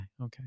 Okay